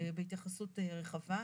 בהתייחסות רחבה.